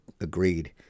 agreed